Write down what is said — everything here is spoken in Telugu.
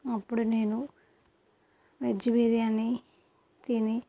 అప్పుడు నేను వెజ్ బిర్యానీ తిని